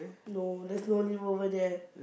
no there's no leaf over there